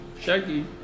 Shaggy